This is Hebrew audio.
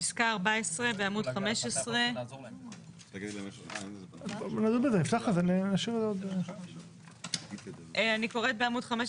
פסקה 14 בעמוד 15. אני קוראת בעמוד 15